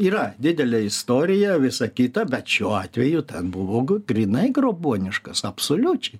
yra didelė istorija visa kita bet šiuo atveju ten buvo grynai grobuoniškas absoliučiai